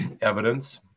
evidence